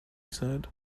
said